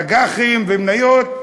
אג"חים ומניות,